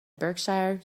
berkshire